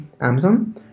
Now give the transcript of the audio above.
Amazon